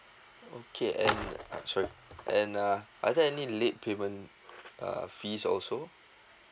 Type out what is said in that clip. okay and sorry and uh are there any late payment uh fee also